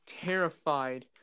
terrified